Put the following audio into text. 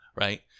right